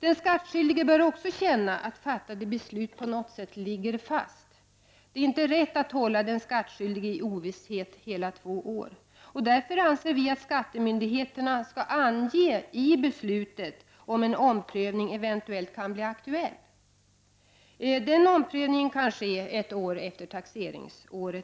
Den skattskyldige bör också känna att fattade beslut skall ligga fast. Det är inte rätt att hålla den skattskyldige i ovisshet hela två år. Därför anser vi skattemyndigheterna skall ange i beslutet att en omprövning eventuellt kan bli aktuell. Denna omprövning kan ske ett år efter taxeringsåret.